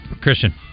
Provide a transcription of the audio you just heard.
Christian